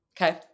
Okay